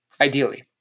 Ideally